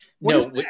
no